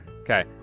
Okay